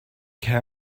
can